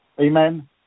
Amen